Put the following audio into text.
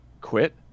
Quit